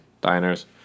diners